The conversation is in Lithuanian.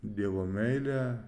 dievo meile